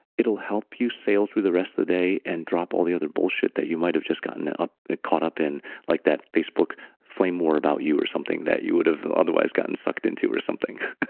it'll help you sail through the rest of the day and drop all the other bullshit that you might've just gotten ah caught up in like that facebook flame war about you or something that you would have otherwise gotten sucked into or something